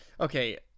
Okay